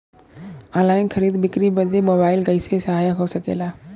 Online खरीद बिक्री बदे मोबाइल कइसे सहायक हो सकेला?